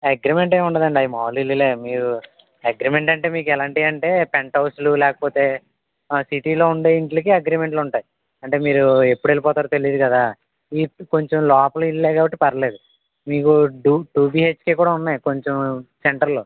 agreement ఏముండదండి అవి మామూలు ఇల్లే మీరు అగ్రిమెంట్ అంటే మీకు ఎలాంటివంటే పెంట్హౌస్లు లేకపోతే సిటీలో ఉండే ఇళ్ళకి అగ్రిమెంట్లుంటాయి అంటే మీరు ఎప్పుడు వెళ్ళిపోతారో తెలియదు కదా మీకు కొంచెం లోపల ఇల్లే కాబట్టి పర్లేదు మీకు డూ టూ బిహెచ్కే కూడా ఉన్నాయి కొంచెం సెంటర్లో